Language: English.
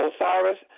Osiris